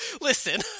listen